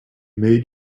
made